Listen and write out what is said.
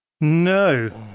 no